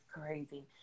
crazy